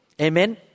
Amen